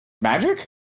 magic